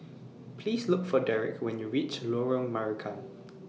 Please Look For Derek when YOU REACH Lorong Marican